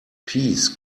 peace